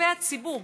כספי הציבור,